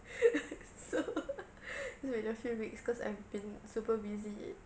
so so in a few weeks because I've been super busy